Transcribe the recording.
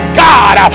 god